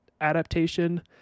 adaptation